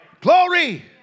Glory